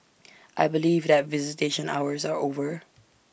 I believe that visitation hours are over